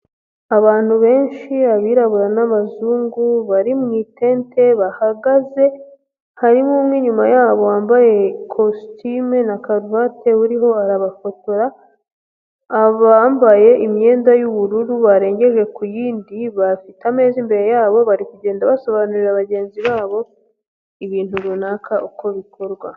Abantu benshi abirabura n'abazungu bari mu itente bahagaze, harimo umwe inyuma yabo wambaye ikositimu na karuvati uriho arabafotora, abambaye imyenda y'ubururu barengeje ku yindi, bafite ameza imbere yabo bari kugenda basobanurira bagenzi babo ibintu runaka uko bikorwa.